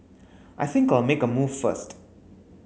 I think I'll make a move first